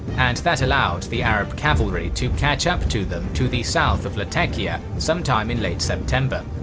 and that allowed the arab cavalry to catch up to them to the south of latakia sometime in late september.